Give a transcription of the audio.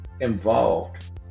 involved